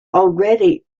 already